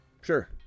Sure